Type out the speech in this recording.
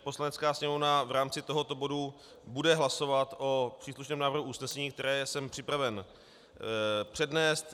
Poslanecká sněmovna v rámci tohoto bodu bude hlasovat o příslušném návrhu usnesení, které jsem připraven přednést.